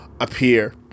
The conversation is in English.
appear